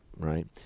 right